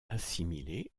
assimilé